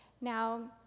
Now